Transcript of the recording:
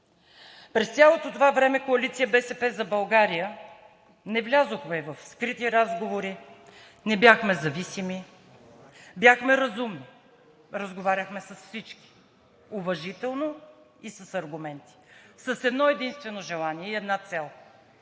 През цялото това време коалиция „БСП за България“ не влязохме в скрити разговори, не бяхме зависими. Бяхме разумни, разговаряхме с всички уважително и с аргументи с едно-единствено желание и една цел: